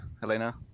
Helena